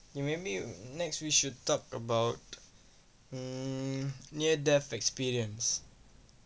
you maybe you next we should talk about um near death experience